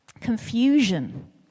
confusion